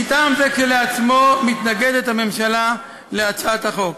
מטעם זה כשלעצמו מתנגדת הממשלה להצעת החוק.